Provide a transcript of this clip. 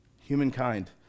humankind